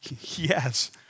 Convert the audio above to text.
Yes